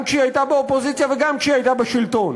גם כשהיא הייתה באופוזיציה וגם כשהיא הייתה בשלטון,